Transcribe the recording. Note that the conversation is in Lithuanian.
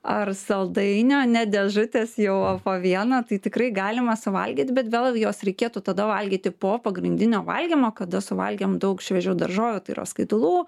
ar saldainio ne dėžutės jau o po vieną tai tikrai galima suvalgyt bet vėl juos reikėtų tada valgyti po pagrindinio valgymo kada suvalgėm daug šviežių daržovių tai yra skaitalų